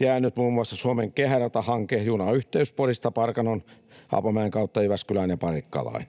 jäänyt muun muassa Suomen kehäratahanke, junayhteys Porista Parkanon ja Haapamäen kautta Jyväskylään ja Parikkalaan.